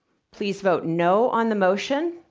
please vote no on the motion.